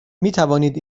میتوانید